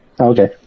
Okay